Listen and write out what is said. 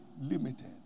limited